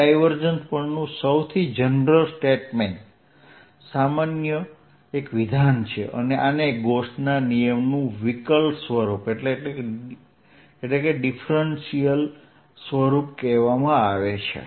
તો આ ડાયવર્જન્સ પરનું સૌથી જનરલ સ્ટેટમેન્ટ છે અને આને ગોસના નિયમનું વિકલ સ્વરુપ કહેવાય છે